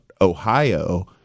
Ohio